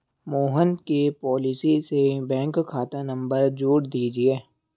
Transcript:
मोहन के पॉलिसी से बैंक खाता नंबर जोड़ दीजिए